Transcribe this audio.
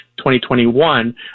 2021